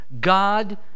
God